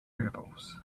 variables